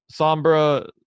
Sombra